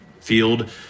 field